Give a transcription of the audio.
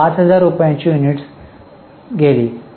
तर 5000 रुपयांची युनिट्स गेली